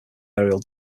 aerial